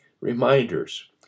reminders